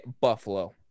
Buffalo